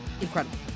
incredible